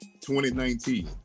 2019